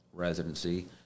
residency